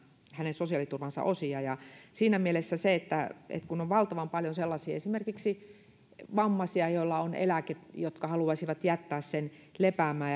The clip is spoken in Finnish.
hänen sosiaaliturvansa osia siinä mielessä kun on valtavan paljon esimerkiksi sellaisia vammaisia joilla on eläke jotka haluaisivat jättää sen lepäämään